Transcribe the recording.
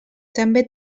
també